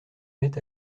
met